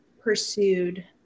pursued